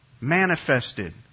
manifested